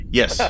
yes